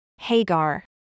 Hagar